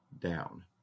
down